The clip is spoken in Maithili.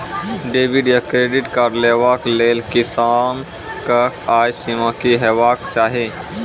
डेबिट या क्रेडिट कार्ड लेवाक लेल किसानक आय सीमा की हेवाक चाही?